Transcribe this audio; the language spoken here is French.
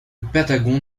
patagon